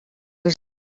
les